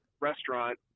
restaurant –